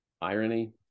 irony